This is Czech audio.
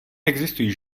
existují